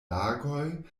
lagoj